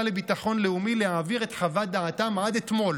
לביטחון לאומי להעביר את חוות דעתם עד אתמול.